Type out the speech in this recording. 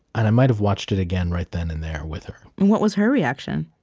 and i might have watched it again, right then and there, with her and what was her reaction?